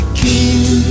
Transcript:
king